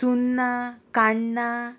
Chunna कण्णां